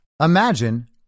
Imagine